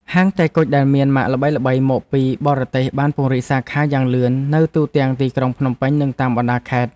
ហាងតែគុជដែលមានម៉ាកល្បីៗមកពីបរទេសបានពង្រីកសាខាយ៉ាងលឿននៅទូទាំងទីក្រុងភ្នំពេញនិងតាមបណ្តាខេត្ត។